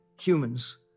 humans